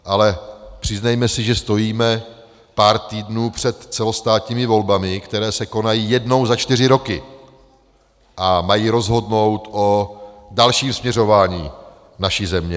Ale přiznejme si, že stojíme pár týdnů před celostátními volbami, které se konají jednou za čtyři roky a mají rozhodnout o dalším směřování naší země.